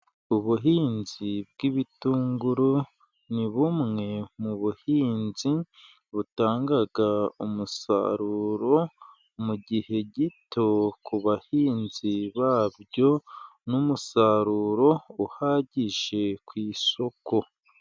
Ubuhinzi bw'ibitunguru ni bumwe mu buhinzi butanga umusaruro mu gihe gito ku bahinzi babyo, n'umusaruro uhagije ku isoko.